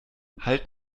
halt